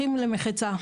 אחים למחצה,